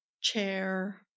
chair